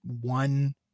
one